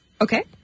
Okay